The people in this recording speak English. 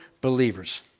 believers